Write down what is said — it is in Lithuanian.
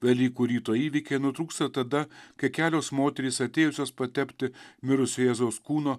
velykų ryto įvykiai nutrūksta tada kai kelios moterys atėjusios patepti mirusio jėzaus kūno